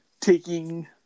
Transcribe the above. taking